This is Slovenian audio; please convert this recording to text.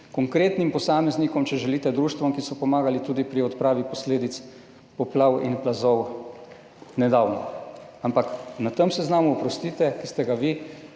konkretnim posameznikom in društvom, ki so nedavno pomagali tudi pri odpravi posledic poplav in plazov, ampak na tem seznamu, oprostite, ki ste ga vi